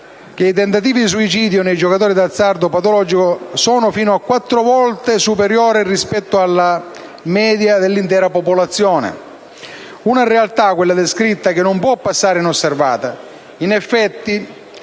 che i tentativi di suicidio nei giocatori d'azzardo patologico sono fino a 4 volte superiori rispetto alla media dell'intera popolazione. Una realtà, quella descritta, che non può passare inosservata. In effetti,